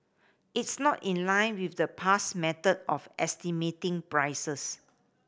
it's not in line with the past method of estimating prices